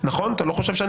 לא חושב?